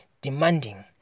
demanding